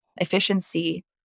efficiency